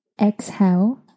exhale